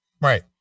Right